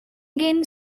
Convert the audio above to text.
again